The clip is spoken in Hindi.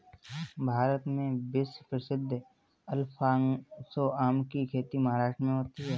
भारत में विश्व प्रसिद्ध अल्फांसो आम की खेती महाराष्ट्र में होती है